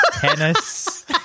tennis